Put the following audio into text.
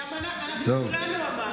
אנחנו כולנו בוועדה.